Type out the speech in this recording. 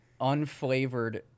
unflavored